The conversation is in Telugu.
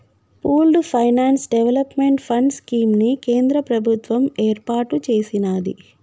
pooled finance development fund scheme ని కేంద్ర ప్రభుత్వం ఏర్పాటు చేసినాది